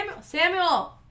Samuel